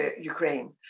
Ukraine